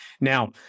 Now